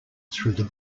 through